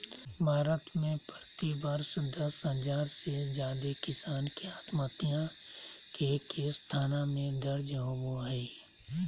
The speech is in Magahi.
भारत में प्रति वर्ष दस हजार से जादे किसान के आत्महत्या के केस थाना में दर्ज होबो हई